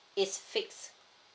it's fixed